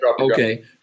Okay